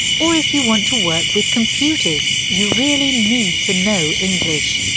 or if you want to work with computers, you really need to know english.